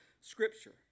Scripture